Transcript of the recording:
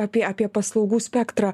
apie apie paslaugų spektrą